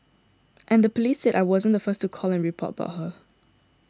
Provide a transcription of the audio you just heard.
and the police said that I wasn't the first to call and report about her